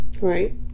Right